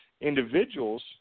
individuals